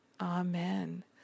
Amen